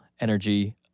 energy